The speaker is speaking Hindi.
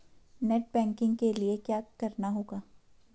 नेट बैंकिंग के लिए क्या करना होगा?